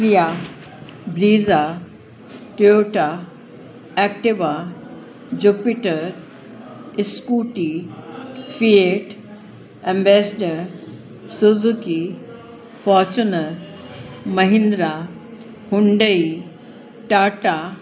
Kia Brezza Toyota Activa Jupiter Scooty Fiat Ambassador Suzuki Fortuner Mahindra Hyundai Tata